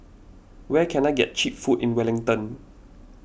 where can I get Cheap Food in Wellington